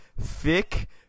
thick